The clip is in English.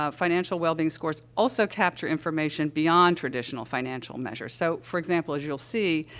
ah financial wellbeing scores also capture information beyond traditional financial measures. so, for example, as you'll see,